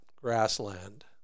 grassland